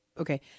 Okay